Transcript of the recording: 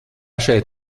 šeit